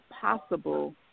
possible